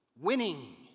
Winning